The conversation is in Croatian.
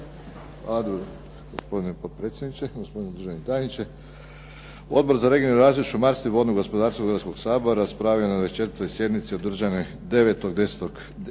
Hvala.